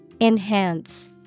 Enhance